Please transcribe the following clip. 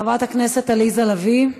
חברת הכנסת עליזה לביא,